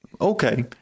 Okay